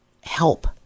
help